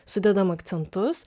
sudedam akcentus